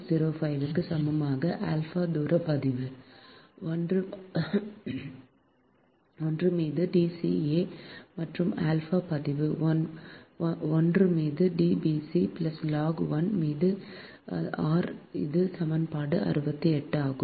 4605 க்கு சமமாக ஆல்பா சதுரப் பதிவு 1 மீது D ca மற்றும் ஆல்பா பதிவு 1 மீது D bc log 1 மீது r இது சமன்பாடு 68 ஆகும்